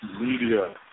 Media